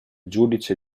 giudice